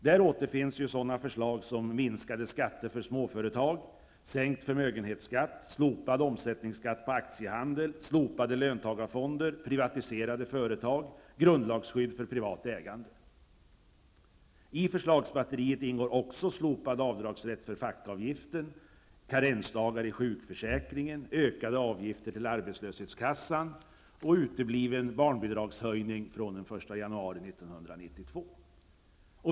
Där återfinns sådana förslag som minskade skatter för småföretag, sänkt förmögenhetsskatt, slopad omsättningsskatt på aktiehandel, slopade löntagarfonder, privatiserade företag, grundlagsskydd för privat ägande. I förslagsbatteriet ingår också slopad avdragsrätt för fackavgifter, karensdagar i sjukförsäkringen, ökade avgifter till arbetslöshetskassan, och utebliven barnbidragshöjning från den 1 januari 1992.